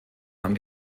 nahm